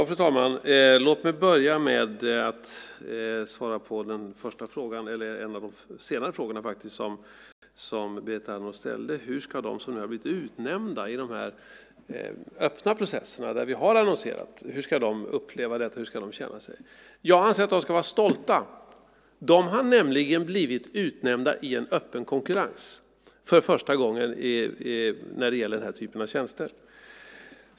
Fru talman! Låt mig börja med att svara på en av de senare frågorna som Berit Andnor ställde, nämligen hur de som nu har blivit utnämnda i en öppen process där vi har annonserat upplever detta och hur de känner sig. Jag anser att de ska vara stolta. De har nämligen blivit utnämnda i en öppen konkurrens för första gången när det gäller denna typ av tjänster.